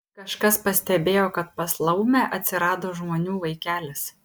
kažkas pastebėjo kad pas laumę atsirado žmonių vaikelis